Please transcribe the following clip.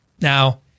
Now